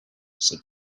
said